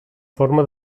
forma